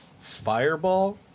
fireball